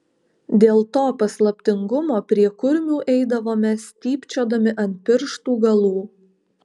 dėl to paslaptingumo prie kurmių eidavome stypčiodami ant pirštų galų